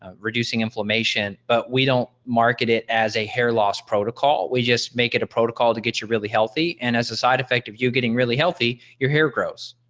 ah reducing inflammation but we don't market it as a hair loss protocol. we just make it a protocol to get you really healthy and as a side effect of you getting really healthy your hair grows.